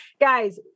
Guys